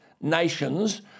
Nations